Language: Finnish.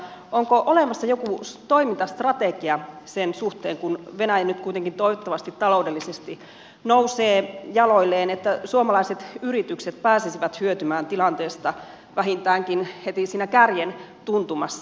onko olemassa joku toimintastrategia sen suhteen kun venäjä nyt kuitenkin toivottavasti taloudellisesti nousee jaloilleen että suomalaiset yritykset pääsisivät hyötymään tilanteesta vähintäänkin heti kärjen tuntumassa